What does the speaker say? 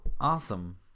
awesome